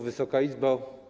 Wysoka Izbo!